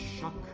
shock